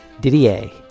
didier